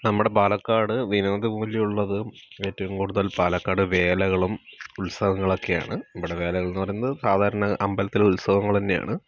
നമ്മുടെ പാലക്കാട് വിനോദ മൂല്യമുള്ളത് ഏറ്റവും കൂടുതല് പാലക്കാട് വേലകളും ഉത്സവങ്ങളും ഒക്കെയാണ് ഇവിടെ വേലകളെന്നു പറയുന്നത് സാധാരണ അമ്പലത്തിലെ ഉത്സവങ്ങൾ തന്നെയാണ്